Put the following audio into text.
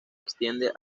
extiende